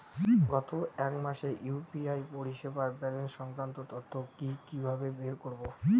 গত এক মাসের ইউ.পি.আই পরিষেবার ব্যালান্স সংক্রান্ত তথ্য কি কিভাবে বের করব?